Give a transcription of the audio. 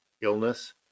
illness